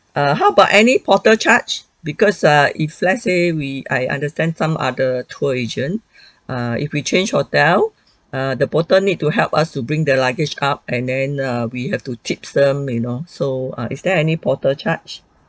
err how about any porter charge because err if let say we I understand some other tour agent err if we change hotel err the porter need to help us to bring the luggage up and then err we have to tips them you know so err is there any porter charge